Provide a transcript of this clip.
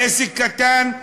עסק קטן,